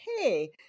hey